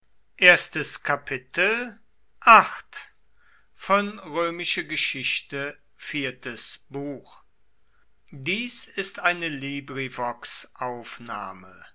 dies ist die